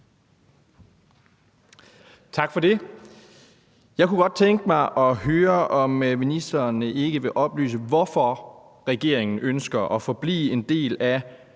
Tak for det. Jeg kunne godt tænke mig at høre, om ministeren ikke vil oplyse, hvorfor regeringen ønsker at forblive en del af